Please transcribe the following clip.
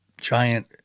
giant